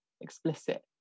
explicit